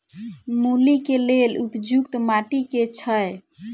मूली केँ लेल उपयुक्त माटि केँ छैय?